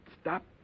stop